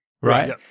right